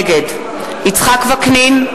נגד יצחק וקנין,